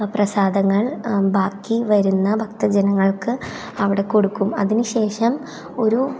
പ്രസാദങ്ങൾ ബാക്കിവരുന്ന ഭക്തജനങ്ങൾക്ക് അവിടെ കൊടുക്കും അതിനു ശേഷം ഒരു